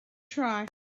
try